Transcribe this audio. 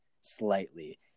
slightly